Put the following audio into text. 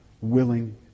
willing